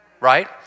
Right